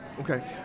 Okay